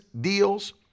deals